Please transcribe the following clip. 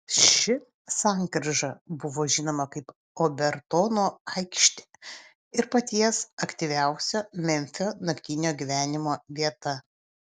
ši sankryža buvo žinoma kaip obertono aikštė ir paties aktyviausio memfio naktinio gyvenimo vieta